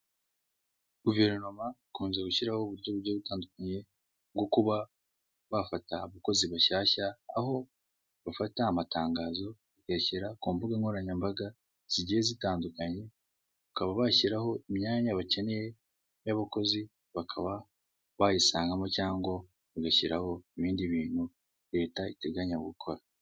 Guverinoma ikunze gushyiraho uburyo bugiye butandukanye bwo kuba bafata abakozi bashyashya, aho bafata amatangazo bakayashyira ku mbuga nkoranyambaga zigiye zitandukanye, bakaba bashyiraho imyanya bakeneye y'abakozi, bakaba bayisangamo cyangwa bagashyiraho ibindi bintu leta iteganya gukora.